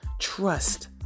trust